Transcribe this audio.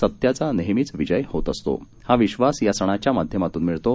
सत्याचा नेहमीच विजय होत असतो हा विश्वास या सणाच्या माध्यमातून मिळतो